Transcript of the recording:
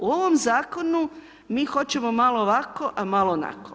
U ovom zakonu mi hoćemo malo ovako, a malo onako.